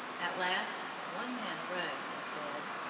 at last one man arose and said,